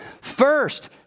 First